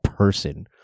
person